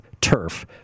turf